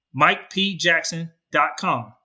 MikePJackson.com